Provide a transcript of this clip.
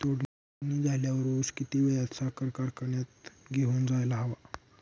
तोडणी झाल्यावर ऊस किती वेळात साखर कारखान्यात घेऊन जायला हवा?